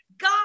God